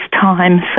times